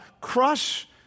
crush